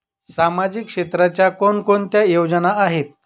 सामाजिक क्षेत्राच्या कोणकोणत्या योजना आहेत?